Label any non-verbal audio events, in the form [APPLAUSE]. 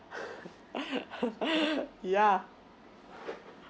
[LAUGHS] yeah